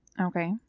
Okay